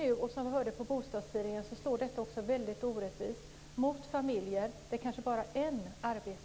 Nuvarande regel slår väldigt orättvist mot familjer där kanske bara en arbetar.